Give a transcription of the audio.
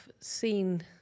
seen